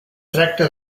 tracta